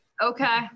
Okay